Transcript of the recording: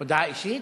הודעה אישית?